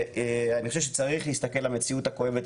ואני חושב שצריך להסתכל למציאות הכואבת